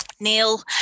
Neil